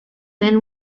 than